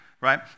right